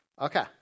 Okay